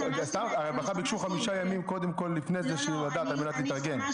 הרווחה ביקשו לדעת חמישה ימים קודם כול על מנת להתארגן.